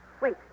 Wait